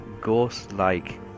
ghost-like